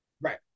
right